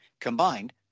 combined